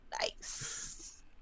Nice